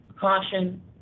caution